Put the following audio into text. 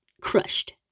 crushed